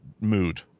mood